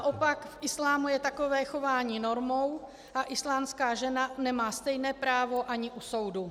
Naopak v islámu je takové chování normou a islámská žena nemá stejné právo ani u soudu.